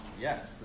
Yes